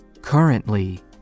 Currently